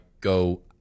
go